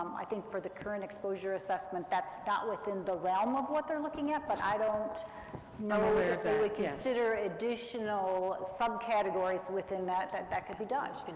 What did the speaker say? i think for the current exposure assessment, that's not within the realm of what they're looking at, but i don't know consider additional subcategories within that, that that could be done,